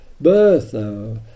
birth